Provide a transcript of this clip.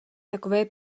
takové